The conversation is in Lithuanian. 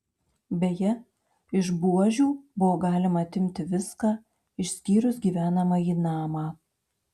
beje iš buožių buvo galima atimti viską išskyrus gyvenamąjį namą